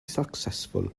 successful